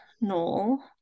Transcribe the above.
Noel